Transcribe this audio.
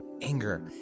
anger